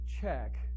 check